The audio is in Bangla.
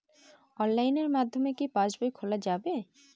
অনলাইনের মাধ্যমে কি পাসবই খোলা যাবে?